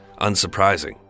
unsurprising